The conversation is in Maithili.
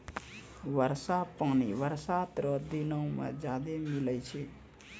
वर्षा पानी बरसात रो दिनो मे ज्यादा मिलै छै